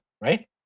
right